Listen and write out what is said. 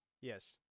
Yes